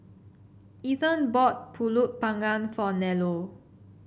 Ethan bought pulut panggang for Nello